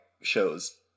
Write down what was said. shows